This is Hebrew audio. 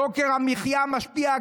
יוקר המחיה משפיע,